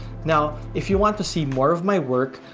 now, if you want to see more of my work,